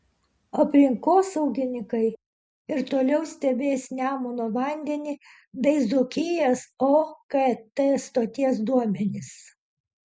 aplinkosaugininkai ir toliau stebės nemuno vandenį bei dzūkijos okt stoties duomenis